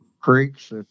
creeks